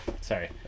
Sorry